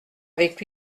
avec